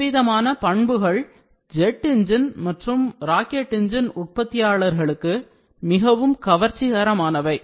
இவ்விதமான பண்புகள் jet engine மற்றும் ராக்கெட் என்ஜின் உற்பத்தியாளர்களுக்கு மிகவும் கவர்ச்சிகரமானவை